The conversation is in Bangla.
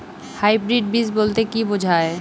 হাইব্রিড বীজ বলতে কী বোঝায়?